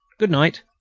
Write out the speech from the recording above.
good-night.